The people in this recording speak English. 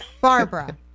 Barbara